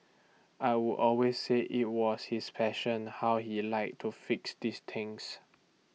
I would always say IT was his passion how he liked to fix these things